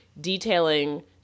detailing